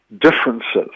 differences